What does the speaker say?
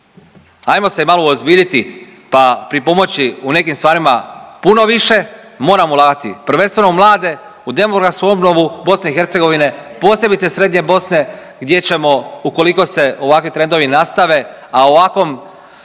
Hajmo se malo uozbiljiti pa pripomoći u nekim stvarima puno više. Moramo ulagati prvenstveno u mlade, u demografsku obnovu Bosne i Hercegovine posebice srednje Bosne gdje ćemo ukoliko se ovakvi trendovi nastave, a ovakvom